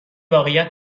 واقعیت